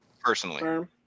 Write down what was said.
personally